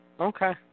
Okay